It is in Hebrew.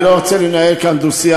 אני לא רוצה לנהל כאן דו-שיח,